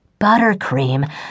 Buttercream